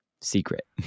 secret